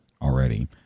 already